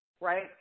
Right